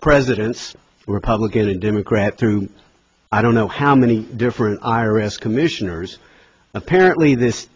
presidents republican and democrat through i don't know how many different iris commissioners apparently this